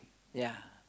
ya